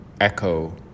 echo